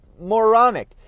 moronic